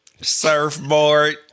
Surfboard